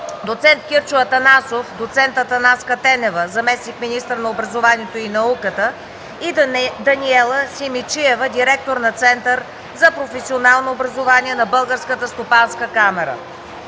доц. Кирчо Атанасов, доц. Атанаска Тенева – заместник министър на образованието и науката и Даниела Симидчиева – директор на Център за професионално образование на Българска стопанска камара.